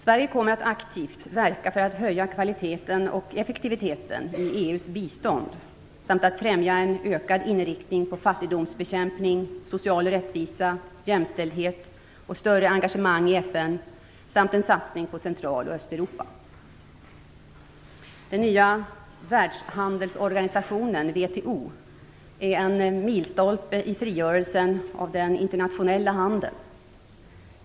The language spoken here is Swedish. Sverige kommer att aktivt verka för att höja kvaliteten och effektiviteten i EU:s bistånd, samt att främja en ökad inriktning på fattigdomsbekämpning, social rättvisa, jämställdhet, större engagemang i FN samt en satsning på Central och Östeuropa. Den nya världshandelsorganisationen, WTO, är en milstolpe i frigörelsen av den internationella handeln.